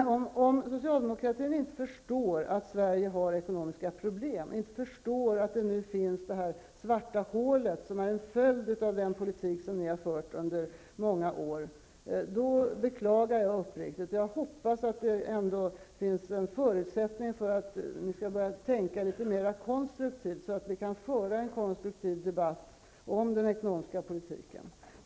Om socialdemokratin inte förstår att att Sverige har ekonomiska problem, inte förstår att det nu finns ett svart hål som är en följd av den politik som ni har fört under många år, då beklagar jag uppriktigt. Jag hoppas att det ändå finns en förutsättning för att ni skall börja tänka litet mer konstruktivt, så att vi kan få en konstruktiv debatt om den ekonomiska politiken.